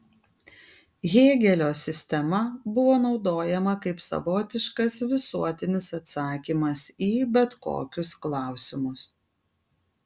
hėgelio sistema buvo naudojama kaip savotiškas visuotinis atsakymas į bet kokius klausimus